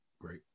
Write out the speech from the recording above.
great